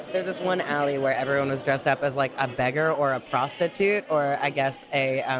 there's just one alley where everyone is dressed up as like a beggar or a prostitute or i guess a